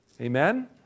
Amen